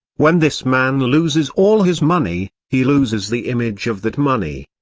when this man loses all his money, he loses the image of that money.